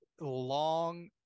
long